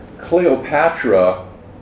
Cleopatra